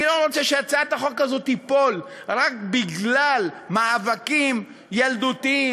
אני לא רוצה שהצעת החוק הזאת תיפול רק בגלל מאבקים ילדותיים,